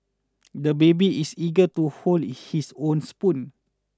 the baby is eager to hold his own spoon